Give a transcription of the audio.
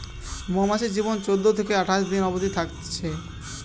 মৌমাছির জীবন চোদ্দ থিকে আঠাশ দিন অবদি থাকছে